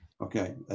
Okay